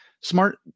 smart